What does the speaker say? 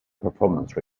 performance